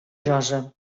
josa